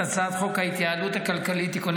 את הצעת חוק ההתייעלות הכלכלית (תיקוני